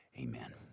amen